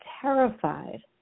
terrified